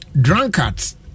drunkards